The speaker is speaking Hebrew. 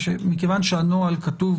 מכיוון שהנוהל כתוב,